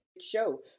show